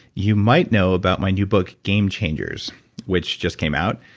you might know about my new book game changers which just came out.